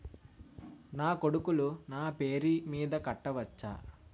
నా కొడుకులు నా పేరి మీద కట్ట వచ్చా?